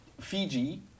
Fiji